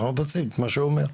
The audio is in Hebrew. אנחנו מבצעים את מה שהוא אומר.